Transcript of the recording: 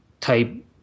type